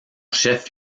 chef